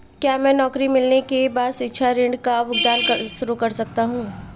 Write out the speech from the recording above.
क्या मैं नौकरी मिलने के बाद शिक्षा ऋण का भुगतान शुरू कर सकता हूँ?